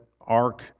ark